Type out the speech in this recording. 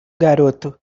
garoto